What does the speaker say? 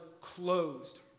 closed